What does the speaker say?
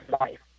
life